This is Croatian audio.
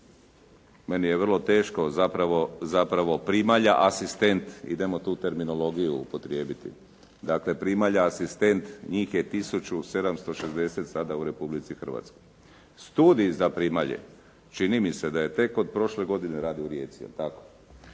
meni je vrlo teško zapravo primalja asistent. Idemo tu terminologiju upotrijebiti. Dakle primalja asistent, njih je 1760 sada u Republici Hrvatskoj. Studij za primalje čini mi se da je tek od prošle godine radi u Rijeci, jel' tako?